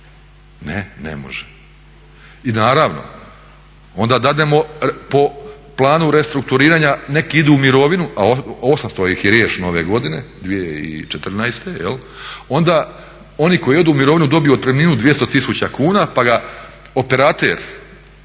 Ne, ne može. I naravno onda dadnemo po planu restrukturiranja nek idu u mirovinu, a 800 ih je riješeno ove godine 2014. jel, onda oni koji odu u mirovinu dobiju otpremninu 200 tisuća kuna pa ga operater